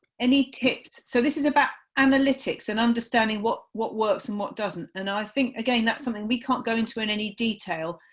any tips so this is about analytics and understanding what what works and what doesn't, and i think again that's something we can't go into in any detail,